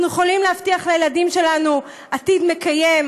אנחנו יכולים להבטיח לילדים שלנו עתיד מקיים,